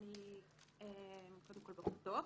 בוקר טוב.